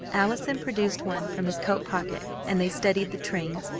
allison produced one from his coat-pocket, and they studied the trains,